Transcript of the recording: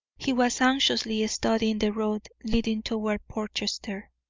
he was anxiously studying the road leading toward portchester.